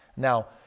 now,